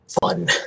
Fun